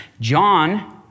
John